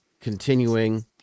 continuing